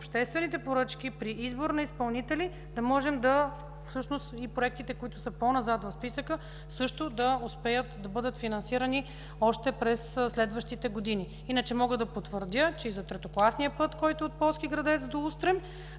обществените поръчки при избор на изпълнители да можем и проектите, които са по-назад в списъка, също да успеят да бъдат финансирани още през следващите години. Мога да потвърдя, че и за третокласния път, който е от Полски Градец до Устрем,